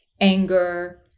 anger